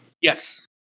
Yes